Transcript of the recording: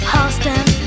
Austin